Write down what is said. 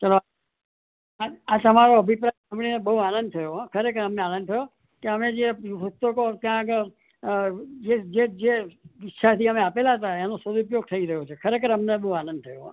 ચાલો આ આ તમારો અભિપ્રાય સાંભળીને બહુ આનંદ થયો હો ખરેખર અમને આનંદ થયો કે અમે જે પુસ્તકો ત્યાં આગળ જે જુસ્સાથી અમે આપેલાં હતાં એનો સદુપયોગ થઈ રહ્યો છે ખરેખર અમને બહુ આનંદ થયો હોં